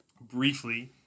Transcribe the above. briefly